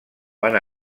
van